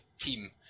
team